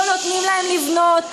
לא נותנים להם לבנות.